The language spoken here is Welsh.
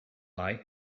lai